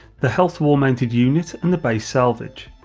the health wall-mounted unit and the base salvage.